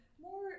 more